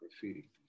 graffiti